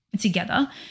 together